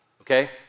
okay